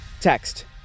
Text